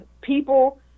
people